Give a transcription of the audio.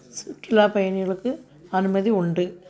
சுற்றுலா பயணிகளுக்கு அனுமதி உண்டு